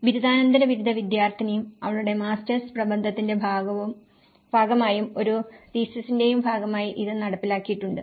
ബിരുദാനന്തര ബിരുദ വിദ്യാർത്ഥിനിയും അവളുടെ മാസ്റ്റേഴ്സ് പ്രബന്ധത്തിന്റെ ഭാഗമായും ഒരു തീസിസിന്റേയും ഭാഗമായി ഇത് നടപ്പിലാക്കിയിട്ടുണ്ട്